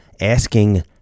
asking